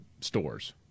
stores